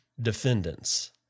defendants